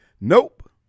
Nope